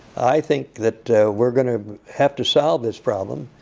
i think that we're going to have to solve this problem.